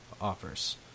offers